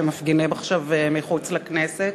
שמפגינים עכשיו מחוץ לכנסת.